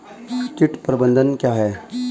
कीट प्रबंधन क्या है?